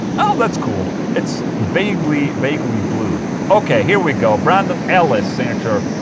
oh that's cool it's vaguely vaguely blue ok, here we go, brandon ellis signature.